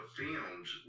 films